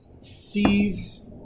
sees